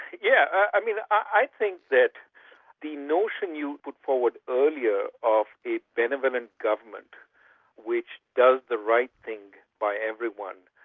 yeah i mean i think that the notion you put forward earlier of the benevolent government which does the right thing by everyone,